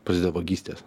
prasideda vagystės